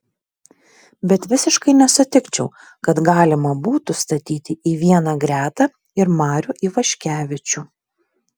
bet visiškai nesutikčiau kad galima būtų statyti į vieną gretą ir marių ivaškevičių